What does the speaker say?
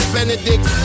Benedict